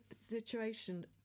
situation